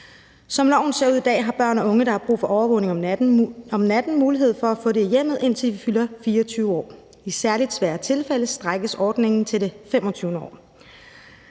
Som loven ser ud i dag, har børn unge, der har brug for overvågning om natten, mulighed for at få det i hjemmet, indtil de fylder 24 år. I særlig svære tilfælde strækkes ordningen til det 25. år.